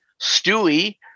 Stewie